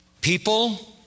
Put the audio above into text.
People